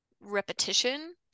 repetition